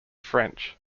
french